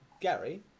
Gary